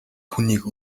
хүнийг